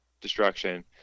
destruction